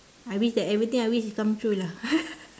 I wish that everything I wish is come true lah